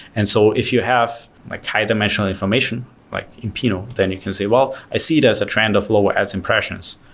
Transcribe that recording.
and so if you have like high-dimensional information like in pinot, then you can say, well, i see it as a trend of lower as impressions.